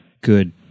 good